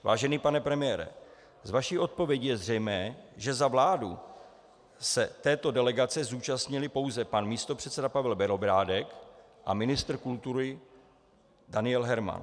Vážený pane premiére, z vaší odpovědi je zřejmé, že za vládu se této delegace účastnili pouze pan místopředseda Pavel Bělobrádek a ministr kultury Daniel Herman.